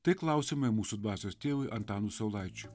tai klausimai mūsų dvasios tėvui antanui saulaičiui